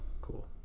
Cool